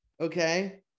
okay